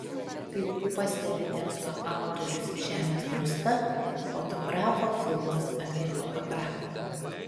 kaip pastebi teksto autorius žemės druska fotografo filmas apie fotografą